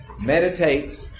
meditates